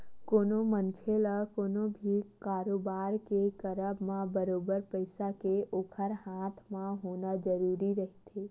कोनो मनखे ल कोनो भी कारोबार के करब म बरोबर पइसा के ओखर हाथ म होना जरुरी रहिथे